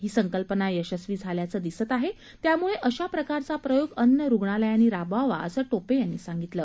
ही संकल्पना यशस्वी झाल्याचं दिसत आहे त्यामुळे अशा प्रकारचा प्रयोग अन्य रुग्णालयांनी राबवावा असं टोपे यानी सांगितलं